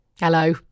Hello